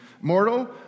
mortal